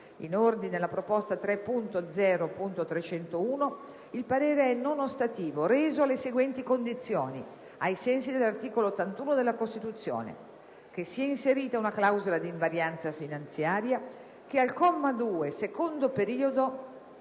In ordine alla proposta 3.0.301, il parere è non ostativo, reso alle seguenti condizioni, ai sensi dell'articolo 81 della Costituzione: - che sia inserita una clausola d'invarianza finanziaria; - che al comma 2, secondo periodo,